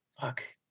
fuck